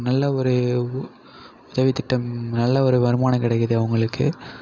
நல்ல ஒரு உதவித் திட்டம் நல்ல ஒரு வருமானம் கிடைக்கிது அவங்களுக்கு